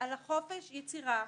על חופש היצירה,